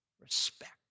respect